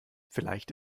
vielleicht